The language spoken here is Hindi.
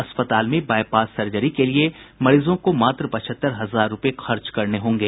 अस्पताल में बाईपास सर्जरी के लिए मरीजों को मात्र पचहत्तर हजार रूपये खर्च करने होंगे